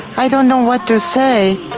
i don't know what to say,